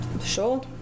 sure